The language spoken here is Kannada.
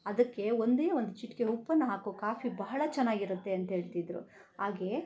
ಅದಕ್ಕೆ ಒಂದೇ ಒಂದು ಚಿಟಿಕೆ ಉಪ್ಪನ್ನು ಹಾಕು ಕಾಫಿ ಬಹಳ ಚೆನ್ನಾಗಿರುತ್ತೆ ಅಂತ ಹೇಳ್ತಿದ್ರು ಹಾಗೆ